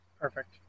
Perfect